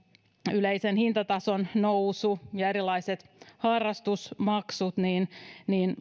yleisen hintatason nousu ja erilaiset harrastusmaksut niin niin